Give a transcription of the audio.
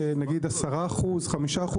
10%-5%,